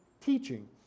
Teaching